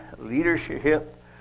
leadership